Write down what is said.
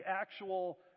actual